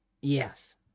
Yes